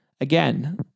Again